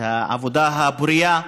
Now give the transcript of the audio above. בעבודה הפורייה.